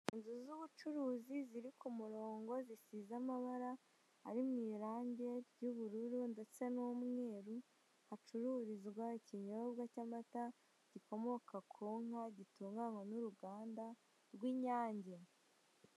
Inzu z'ubucuruzi ziri ku murongo, zisize amabara ari mu irange ry'ubururu ndetse n'umweru, hacururizwa ikinyobwa cy'amata gikomoka ku nka, gitunganywa n'uruganda rw'Inyange.